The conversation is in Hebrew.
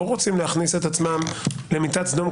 לא רוצים להכניס את עצמם למיטת סדום,